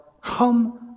come